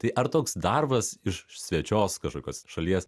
tai ar toks darbas iš svečios kažkokios šalies